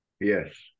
Yes